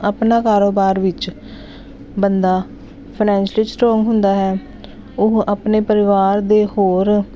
ਆਪਣਾ ਕਾਰੋਬਾਰ ਵਿੱਚ ਬੰਦਾ ਫਾਨੈਂਸ਼ੀਅਲੀ ਸਟਰੋਂਗ ਹੁੰਦਾ ਹੈ ਉਹ ਆਪਣੇ ਪਰਿਵਾਰ ਦੇ ਹੋਰ